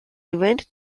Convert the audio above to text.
event